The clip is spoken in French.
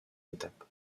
étapes